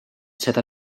seda